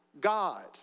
God